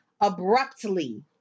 abruptly